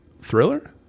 Thriller